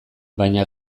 baina